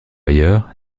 ailleurs